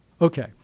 Okay